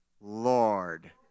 Lord